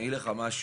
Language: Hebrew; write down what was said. אני אגיד לך משהו,